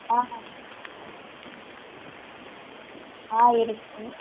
ஆ ஆ இருக்குது